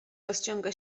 rozciąga